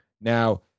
Now